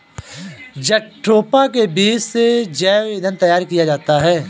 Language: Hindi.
जट्रोफा के बीज से जैव ईंधन तैयार किया जाता है